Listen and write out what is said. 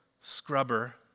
scrubber